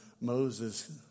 Moses